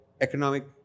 economic